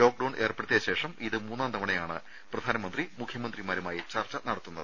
lockdown ഏർപ്പെടുത്തിയതിനു ശേഷം ഇത് മൂന്നാം തവണയാണ് പ്രധാനമന്ത്രി മുഖ്യമന്ത്രിമാരുമായി ചർച്ച നടത്തുന്നത്